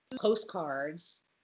postcards